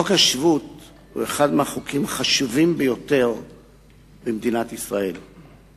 חוק השבות הוא אחד החוקים החשובים ביותר במדינת ישראל.